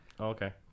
okay